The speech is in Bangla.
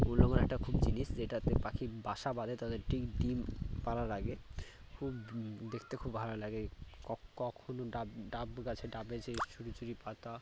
মূল্যবান একটা খুব জিনিস যেটাতে পাখি বাসা বাঁধে তাদের ঠিক ডিম পাড়ার আগে খুব দেখতে খুব ভালো লাগে কখনো ডাব ডাব গাছে ডাবে যেই ঝুড়ি ঝুড়ি পাতা